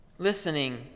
listening